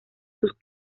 sus